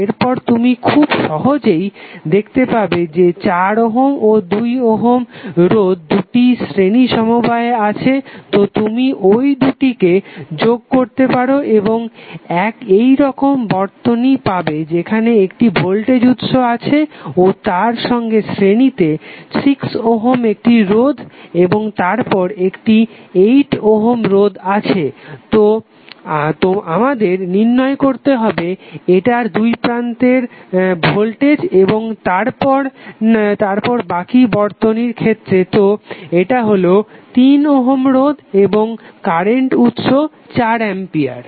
এরপর তুমি খুব সহজেই দেখতে পাবে যে 4 ওহম ও 2 ওহম রোধ দুটি শ্রেণী সমবায়ে আছে তো তুমি ঐ দুটিকে যোগ করতে পারো এবং এইরকম বর্তনী পাবে যেখানে একটি ভোল্টেজ উৎস আছে ও তার সঙ্গে শ্রেণীতে 6 ওহম একটি রোধ এবং তারপর একটি 8 ওহম রোধ আছে তো আমাদের নির্ণয় করতে হবে এটার দুইপ্রান্তে ভোল্টেজ এবং তারপর বাকি বর্তনীর ক্ষেত্রে তো এটা হলো 3 ওহম রোধ এবং কারেন্ট উৎস 4 অ্যাম্পিয়ার